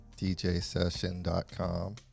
DJSession.com